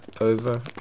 over